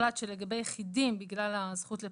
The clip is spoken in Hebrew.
הוחלט שלגבי יחידים, בגלל הזכות לפרטיות,